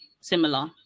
similar